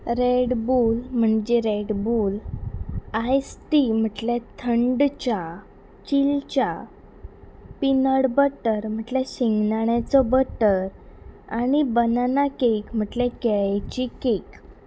Red Bull म्हणजे Red Bull ice ती म्हटल्यार थंड च्या चीलच्या पीनट बटर म्हटल्यार शिंगनााण्याचो बटर आनी बनाना केक म्हटल्यार केळेची केक